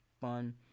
fun